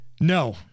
No